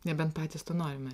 nebent patys to norime